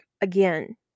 again